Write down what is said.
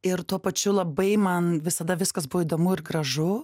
ir tuo pačiu labai man visada viskas buvo įdomu ir gražu